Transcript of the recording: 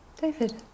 David